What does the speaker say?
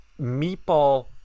Meatball